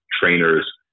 trainers